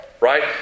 right